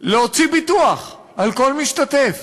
להוציא ביטוח על כל משתתף.